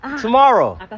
tomorrow